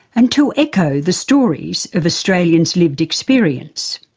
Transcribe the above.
and to echo the stories of australians' lived experience.